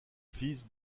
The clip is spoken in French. fils